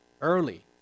early